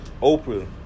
Oprah